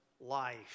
life